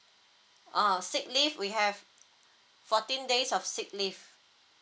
oh sick leave we have fourteen days of sick leave